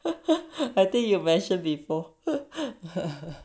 I think you mentioned before